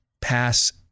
pass